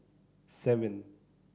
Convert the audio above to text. seven